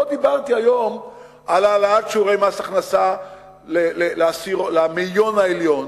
לא דיברתי היום על העלאת שיעורי מס הכנסה למאיון העליון,